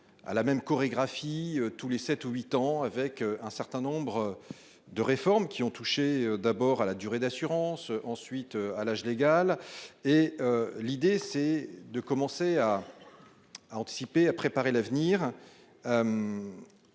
à la même chorégraphie tous les sept ou huit ans, avec un certain nombre de réformes qui ont touché d'abord à la durée d'assurance, ensuite à l'âge légal. L'idée, c'est de commencer à préparer l'avenir,